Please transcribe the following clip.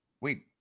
wait